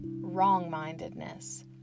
wrong-mindedness